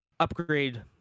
Upgrade